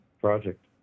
project